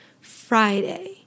Friday